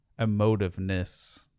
emotiveness